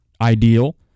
ideal